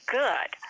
good